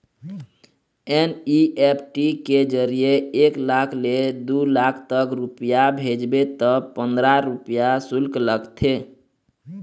NEFT के जरिए एक लाख ले दू लाख तक रूपिया भेजबे त पंदरा रूपिया सुल्क लागथे